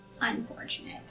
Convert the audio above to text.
Unfortunate